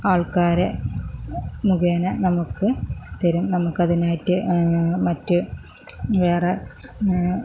ആൾക്കാരെ മുഖേന നമുക്ക് തരും നമുക്ക് അതിനായിട്ട് മറ്റ് വേറെ